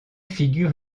figure